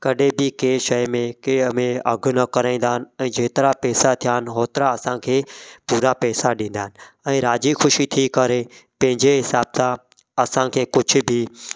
कॾहिं बि कंहिं शइ में कंहिं में अघु न कराईंदा आहिनि ऐं जेतिरा पैसा थिया आहिनि होतिरा असांखे पूरा पैसा ॾींदा आहिनि ऐं राज़ी ख़ुशी थी करे पंहिंजे हिसाब सां असांखे कुझु बि